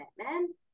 commitments